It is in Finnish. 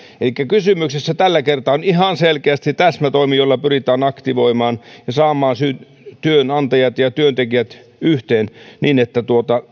elikkä kysymyksessä tällä kertaa on ihan selkeästi täsmätoimi jolla pyritään aktivoimaan ja saamaan työnantajat ja työntekijät yhteen niin että